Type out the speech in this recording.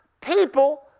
people